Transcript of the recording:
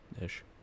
ish